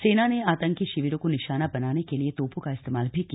सेना ने आतंकी शिविरों को निशाना बनाने के लिए तोपों का इस्तेमाल भी किया